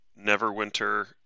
Neverwinter